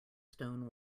stone